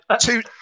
Two